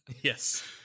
Yes